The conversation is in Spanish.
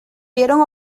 vieron